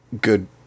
good